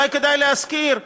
אולי כדאי להזכיר: